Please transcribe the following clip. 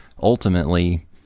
ultimately